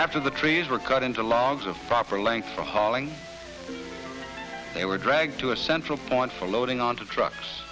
after the trees were cut into logs of proper length for hauling they were dragged to a central point for loading onto trucks